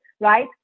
right